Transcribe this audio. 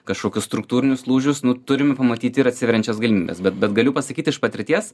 kažkokius struktūrinius lūžius nu turim pamatyti ir atsiveriančias galimybes bet bet galiu pasakyti iš patirties